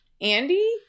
Andy